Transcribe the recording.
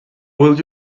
would